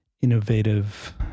innovative